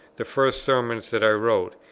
the first sermons that i wrote,